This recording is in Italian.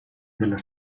della